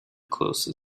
closet